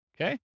Okay